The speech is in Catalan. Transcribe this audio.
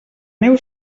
neu